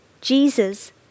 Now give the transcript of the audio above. Jesus